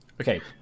okay